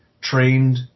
trained